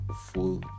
full